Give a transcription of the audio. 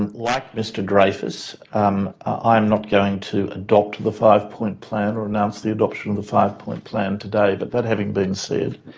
and like mr dreyfus um i am not going to adopt the five-point plan or announced the adoption of the five-point plan today. but that having been said,